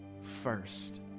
first